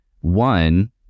one